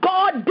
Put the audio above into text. God